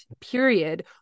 period